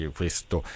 questo